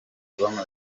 bamaze